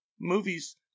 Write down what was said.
movies